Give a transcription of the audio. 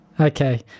okay